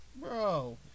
Bro